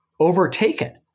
overtaken